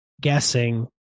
guessing